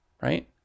right